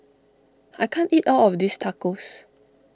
I can't eat all of this Tacos